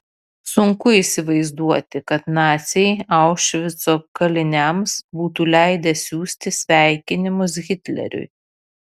sunku įsivaizduoti kad naciai aušvico kaliniams būtų leidę siųsti sveikinimus hitleriui